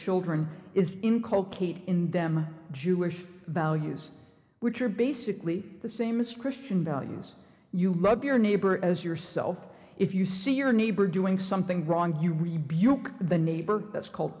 children is in call kate in them jewish values which are basically the same ascription values you love your neighbor as yourself if you see your neighbor doing something wrong you rebuke the neighbor that's called